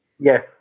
Yes